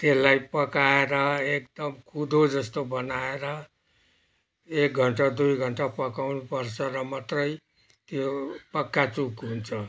त्यसलाई पकाएर एकदम कुदो जस्तो बनाएर एक घण्टा दुई घण्टा पकाउनु पर्छ र मात्रै त्यो पक्का चुक हुन्छ